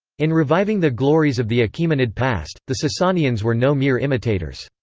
in reviving the glories of the achaemenid past, the sasanians were no mere imitators.